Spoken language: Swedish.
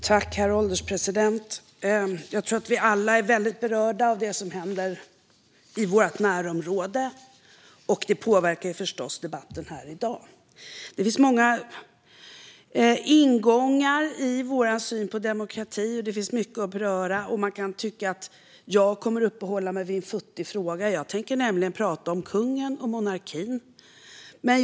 Herr ålderspresident! Jag tror att vi alla är väldigt berörda av det som händer i vårt närområde, och det påverkar förstås debatten här i dag. Det finns många ingångar i vår syn på demokrati. Det finns mycket att beröra, och man kan tycka att jag kommer att uppehålla mig vid en futtig fråga - jag tänker nämligen prata om kungen och monarkin.